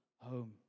home